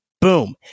Boom